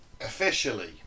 officially